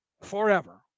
Forever